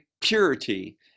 purity